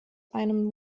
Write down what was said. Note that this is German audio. einem